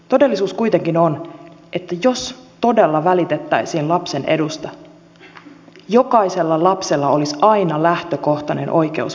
todellisuus kuitenkin on että jos todella välitettäisiin lapsen edusta jokaisella lapsella olisi aina lähtökohtainen oikeus vanhempiinsa